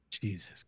Jesus